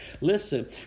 Listen